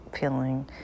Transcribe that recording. feeling